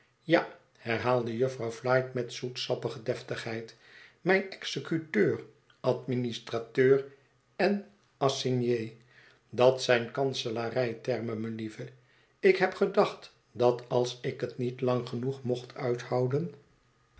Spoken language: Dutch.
ja herhaalde jufvrouw flite met zoetsappige deftigheid mijn executeur administrateur en assigné dat zijn kanselarij termen melieve ik heb gedacht dat als ik het niet lang genoeg mocht uithouden